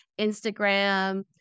Instagram